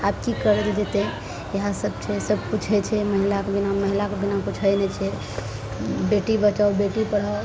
आब की करऽ लए जेतय इएह सब छै सबकिछु होइ छै महिलाके बिना महिलाके बिना किछु होइ नहि छै बेटी बचाओ बेटी पढ़ाओ